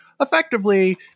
Effectively